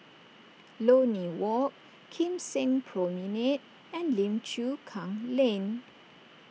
Lornie Walk Kim Seng Promenade and Lim Chu Kang Lane